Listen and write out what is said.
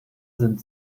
sind